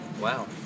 Wow